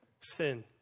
sin